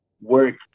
work